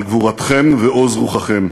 על גבורתכם ועוז רוחכם.